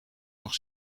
nog